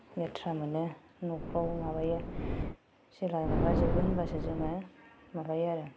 लेथ्रा मोनो न'फ्राव माबायो जेला माबा जोबो होनब्लासो जोङो माबायो आरो